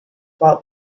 while